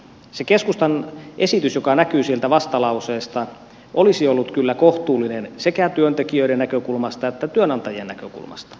se keskustan esitys joka näkyy sieltä vastalauseesta olisi ollut kyllä kohtuullinen sekä työntekijöiden näkökulmasta että työnantajien näkökulmasta